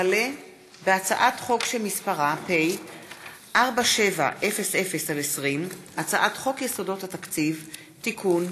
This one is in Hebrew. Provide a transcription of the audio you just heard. הצעת חוק רישוי עסקים (תיקון,